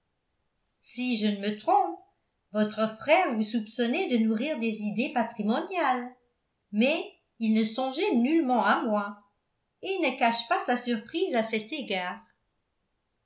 si je ne me trompe votre frère vous soupçonnait de nourrir des idées matrimoniales mais il ne songeait nullement à moi et ne cache pas sa surprise à cet égard